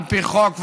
על פי חוק,